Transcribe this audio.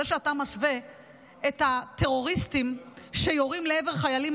את הטרוריסטים שיורים לעבר חיילים,